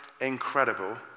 incredible